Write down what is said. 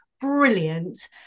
brilliant